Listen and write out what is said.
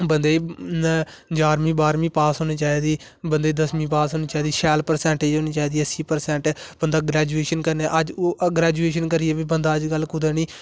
वंदे गी जारंमी बारमीं पास होने चाहिदी वंदे गी दसंमी पास होनी चाहिदी शैल प्रसेंटेज होनी चाहिदी अस्सी प्रसेंट बंदा ग्रेजुऐशन करने ग्रेजुऐशन करी बी बंदा अज्ज कुदे नेईं